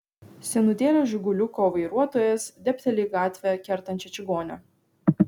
senutėlio žiguliuko vairuotojas dėbteli į gatvę kertančią čigonę